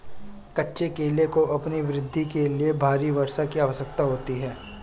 कच्चे केले को अपनी वृद्धि के लिए भारी वर्षा की आवश्यकता होती है